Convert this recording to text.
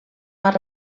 más